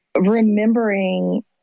remembering